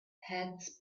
heads